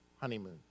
honeymoon